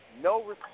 No